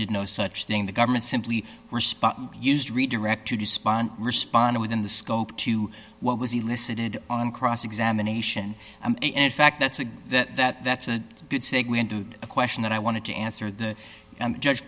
did no such thing the government simply response used redirect to despond respond within the scope to what was elicited on cross examination and in fact that's a good that that's a good segue into a question that i wanted to answer the judge